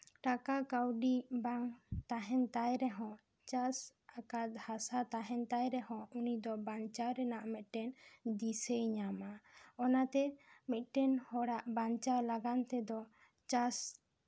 ᱴᱟᱠᱟ ᱠᱟᱹᱣᱰᱤ ᱵᱟᱝ ᱛᱟᱦᱮᱱ ᱛᱟᱭ ᱨᱮᱦᱚᱸ ᱪᱟᱥ ᱟᱠᱟᱫ ᱦᱟᱥᱟ ᱛᱟᱦᱮᱱ ᱛᱟᱭ ᱨᱮᱦᱚᱸ ᱩᱱᱤ ᱫᱚ ᱵᱟᱧᱪᱟᱣ ᱨᱮᱱᱟᱜ ᱢᱤᱫᱴᱮᱱ ᱫᱤᱥᱟᱹᱭ ᱧᱟᱢᱟ ᱚᱱᱟᱛᱮ ᱢᱤᱫᱴᱮᱱ ᱦᱚᱲᱟᱜ ᱵᱟᱧᱪᱟᱣ ᱞᱟᱜᱟᱱ ᱛᱮᱫᱚ ᱪᱟᱥ